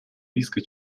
риска